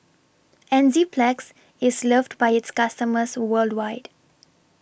Enzyplex IS loved By its customers worldwide